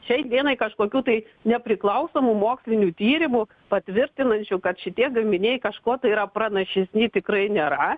šiai dienai kažkokių tai nepriklausomų mokslinių tyrimų patvirtinančių kad šitie gaminiai kažkuo tai yra pranašesni tikrai nėra